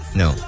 no